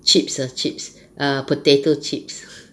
chips ah chips err potato chips